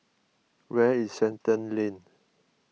where is Shenton Lane